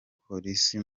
polisi